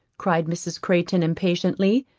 cried mrs. crayton impatiently,